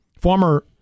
Former